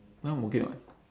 now I'm okay [what]